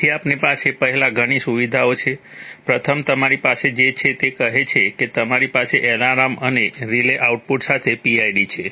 તેથી આપણી પાસે પહેલા ઘણી સુવિધાઓ છે પ્રથમ તમારી પાસે જે છે તે કહે છે કે તમારી પાસે એલાર્મ અને રિલે આઉટપુટ સાથે PID છે